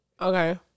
Okay